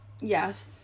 Yes